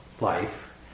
life